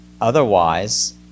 otherwise